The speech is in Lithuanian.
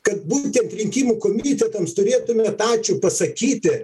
kad būtent rinkimų komitetams turėtumėt ačiū pasakyti